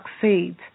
succeed